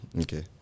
Okay